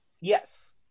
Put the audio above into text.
Yes